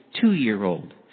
two-year-old